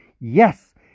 yes